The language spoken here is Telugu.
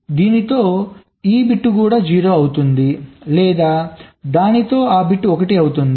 దీనితో ఈ బిట్ కూడా 0 అవుతుంది లేదా దానితో ఆ బిట్ 1 అవుతుంది